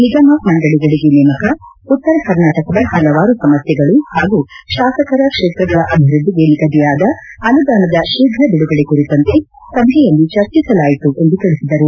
ನಿಗಮ ಮಂಡಳಿಗಳಿಗೆ ನೇಮಕ ಉತ್ತರ ಕರ್ನಾಟಕದ ಪಲವಾರು ಸಮಸ್ಥೆಗಳು ಪಾಗೂ ಶಾಸಕರ ಕ್ಷೇತ್ರಗಳ ಅಭಿವ್ವದ್ದಿಗೆ ನಿಗದಿಯಾದ ಅನುದಾನದ ಶೀಘ್ರ ಬಿಡುಗಡೆ ಕುರಿತಂತೆ ಸಭೆಯಲ್ಲಿ ಚರ್ಚಿಸಲಾಯಿತು ಎಂದು ತಿಳಿಸಿದರು